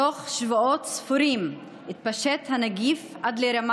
בתוך שבועות ספורים התפשט הנגיף עד לרמה